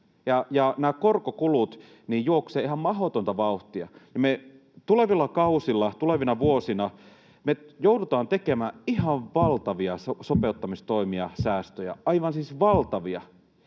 nämä korkokulut juoksevat ihan mahdotonta vauhtia. Me tulevilla kausilla, tulevina vuosina joudutaan tekemään ihan valtavia sopeuttamistoimia, säästöjä — siis aivan valtavia.